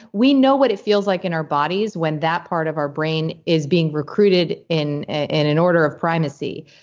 we know what it feels like in our bodies when that part of our brain is being recruited in in an order of primacy.